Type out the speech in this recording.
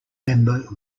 member